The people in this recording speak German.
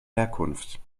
herkunft